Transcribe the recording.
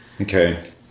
Okay